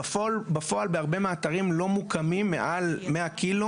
בפועל בהרבה מהאתרים לא מוקמות המערכות מעל 100 קילו.